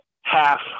half